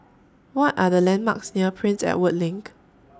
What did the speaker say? What Are The landmarks near Prince Edward LINK